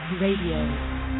Radio